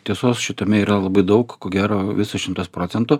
tiesos šitame yra labai daug ko gero visas šimtas procentų